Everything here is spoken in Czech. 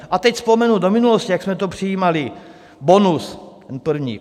A teď vzpomenu do minulosti, jak jsme to přijímali Bonus, ten první.